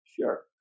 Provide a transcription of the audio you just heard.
Sure